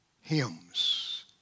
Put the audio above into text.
hymns